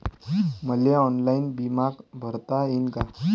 मले ऑनलाईन बिमा भरता येईन का?